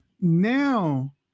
Now